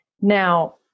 Now